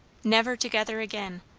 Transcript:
never together again,